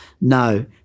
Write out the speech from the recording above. No